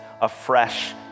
afresh